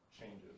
changes